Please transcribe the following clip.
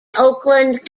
oakland